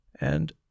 and